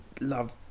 love